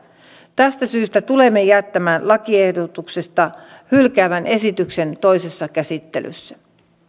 tästä syystä tulemme jättämään lakiehdotuksesta hylkäävän esityksen toisessa käsittelyssä